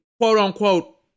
quote-unquote